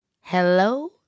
Hello